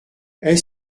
est